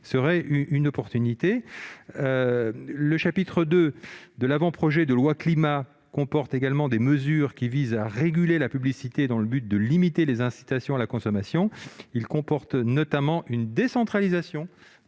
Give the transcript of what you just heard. pouvoir en la matière. Le chapitre 2 de l'avant-projet de loi Climat comporte également des mesures visant à réguler la publicité dans le but de limiter les incitations à la consommation : il prévoit notamment des mesures de décentralisation